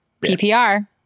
PPR